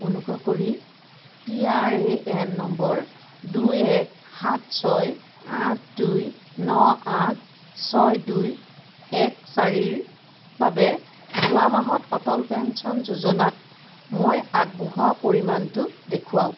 অনুগ্ৰহ কৰি P R A N নম্বৰ দুই এক সাত ছয় আঠ দুই ন আঠ ছয় দুই এক চাৰিৰ বাবে যোৱা মাহত অটল পেঞ্চন যোজনাত মই আগবঢ়োৱা পৰিমাণটো দেখুৱাওক